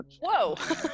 Whoa